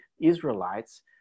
Israelites